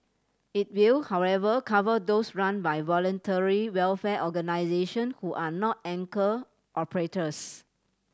it will however cover those run by voluntary welfare organisation who are not anchor operators